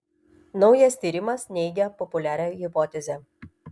naujas tyrimas neigia populiarią hipotezę